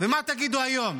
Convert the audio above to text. ומה תגידו היום?